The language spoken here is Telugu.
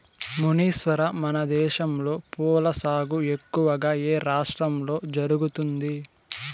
మునీశ్వర, మనదేశంలో పూల సాగు ఎక్కువగా ఏ రాష్ట్రంలో జరుగుతుంది